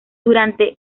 durante